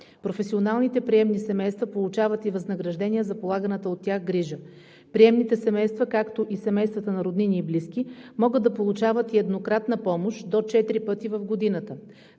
Професионалните приемни семейства получават и възнаграждения за полаганата от тях грижа. Приемните семейства, както и семействата на роднини и близки, могат да получават и еднократна помощ до четири пъти в годината.